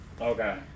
Okay